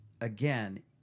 again